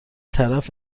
طرف